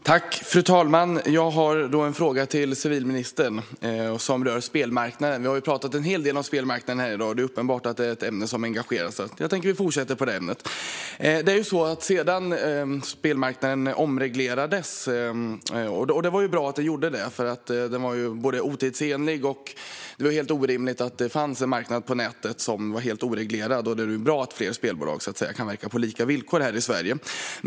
Fru talman! Jag har en fråga till civilministern, och den rör spelmarknaden. Vi har talat en hel del i dag om spelmarknaden. Det är uppenbart att det är ett ämne som engagerar, och jag tänker fortsätta inom samma ämne. Det var bra att spelmarknaden omreglerades, eftersom den var otidsenlig. Det var helt orimligt att det fanns en marknad på nätet som var helt oreglerad, och det är bra att fler spelbolag kan verka på lika villkor här i Sverige.